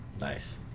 Nice